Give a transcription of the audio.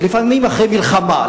לפעמים אחרי מלחמה,